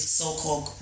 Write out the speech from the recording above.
so-called